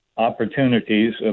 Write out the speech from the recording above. opportunities